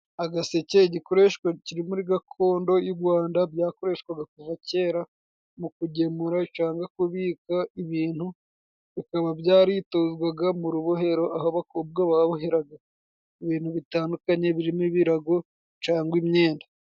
Agaseke igikoreshwa kiri muri gakondo y'u Rwanda, byakoreshwaga kuva kera mu kugemura cyangwa kubika ibintu, bikaba byaritozwaga mu rubohero aho abakobwa baboheraga ibintu bitandukanye birimo ibirago cangwa imyenda.